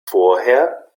vorher